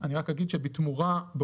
אגיד שבתמורה,